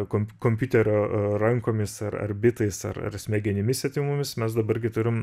kom kompiuterio rankomis ar ar bitais ar ar smegenimis svetimomis mes dabar gi turim